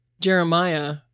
Jeremiah